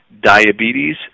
diabetes